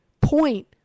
point